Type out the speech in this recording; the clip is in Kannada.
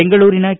ಬೆಂಗಳೂರಿನ ಕೆ